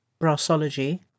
Brassology